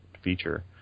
feature